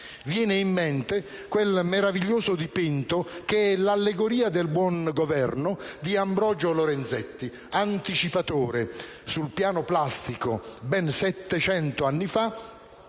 Viene in mente quel meraviglioso dipinto che è l'«Allegoria del buon governo» di Ambrogio Lorenzetti, anticipatore sul piano plastico, ben settecento anni fa,